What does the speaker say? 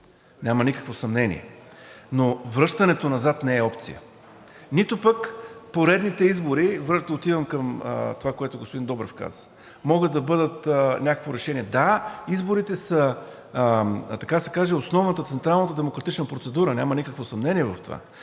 няма никакво съмнение, но връщането назад не е опция, нито пък поредните избори. И отивам към това, което господин Добрев каза. Могат да бъдат някакво решение. Да, изборите са, така да се каже, основната, централната демократична процедура, няма никакво съмнение в това.